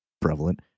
prevalent